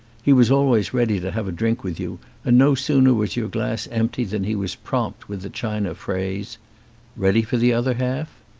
he was always ready to have a drink with you and no sooner was your glass empty than he was prompt with the china phrase ready for the other half?